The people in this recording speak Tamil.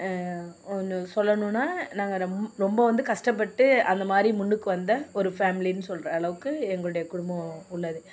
ஒன்று சொல்லணும்னா நாங்கள் ரொம்ப வந்து கஷ்டப்பட்டு அந்த மாதிரி முன்னுக்கு வந்த ஒரு ஃபேமிலின்னு சொல்கிற அளவுக்கு எங்களுடைய குடும்பம் உள்ளது